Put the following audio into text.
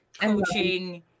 coaching